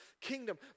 kingdom